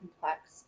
complex